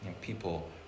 People